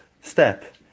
step